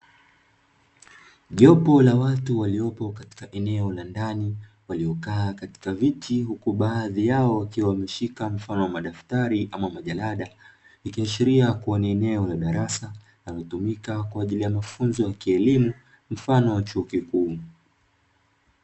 Jopo la watu waliopo katika eneo la ndani waliokaa katika viti huku baadhi yao wakiwa wameshika mfano wa madaftari ama majalada, ikiashiria kuwa ni eneo la darasa linalotumika kwa ajili ya elimu mfano wa chuo kikuu.